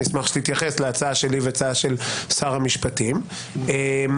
אני אשמח שתתייחס להצעה שלי ולהצעה של שר המשפטים בפרוצדורה